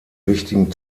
wichtigen